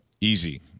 easy